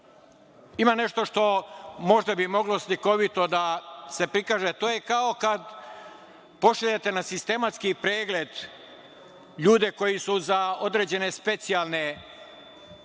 Ima nešto što bi možda moglo slikovito da se prikaže, a to je kao kad pošaljete na sistematski pregled ljude koji su za određene specijalne funkcije